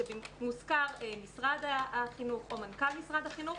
שמוזכר משרד החינוך או מנכ"ל משרד החינוך,